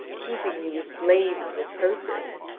heaping me with blame and reproaches.